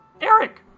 Eric